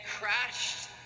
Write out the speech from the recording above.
crashed